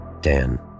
Dan